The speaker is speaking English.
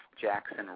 Jackson